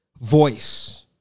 voice